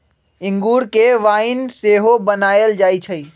इंगूर से वाइन सेहो बनायल जाइ छइ